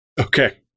Okay